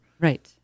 Right